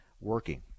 working